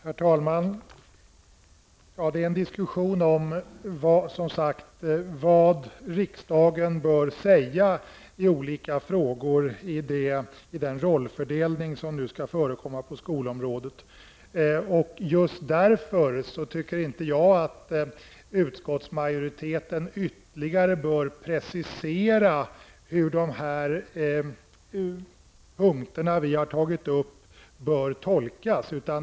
Herr talman! Det här är en diskussion om vad riksdagen bör säga i olika frågor i den rollfördelning som nu skall förekomma på skolområdet. Därför tycker inte jag att utskottsmajoriteten ytterligare bör precisera hur punkterna vi har tagit upp bör tolkas.